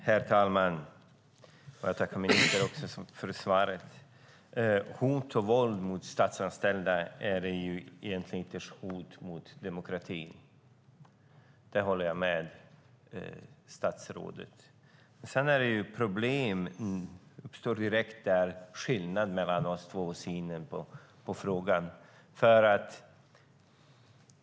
Herr talman! Jag tackar ministern för svaret. Hot och våld mot statsanställda är egentligen hot mot demokratin. Där håller jag med statsrådet. Sedan uppstår direkt problemet i skillnaden mellan oss två i synen på frågan.